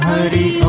Hari